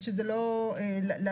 ובתי החולים הציבוריים העצמאיים,